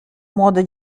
młode